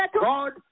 God